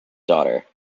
daughter